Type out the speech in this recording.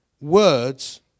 Words